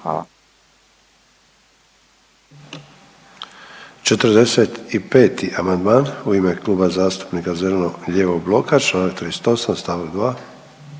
Hvala.